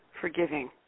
forgiving